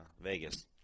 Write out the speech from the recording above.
Vegas